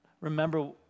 remember